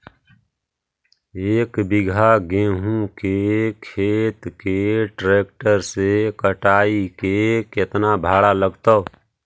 एक बिघा गेहूं के खेत के ट्रैक्टर से कटाई के केतना भाड़ा लगतै?